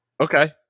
Okay